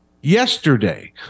yesterday